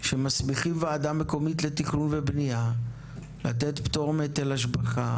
שמסמיכים ועדה מקומית לתכלול ובנייה לתת פטור מהיטל השבחה,